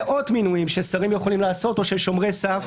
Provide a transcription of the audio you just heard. מאות מינויים ששרים יכולים לעשות או של שומרי סף.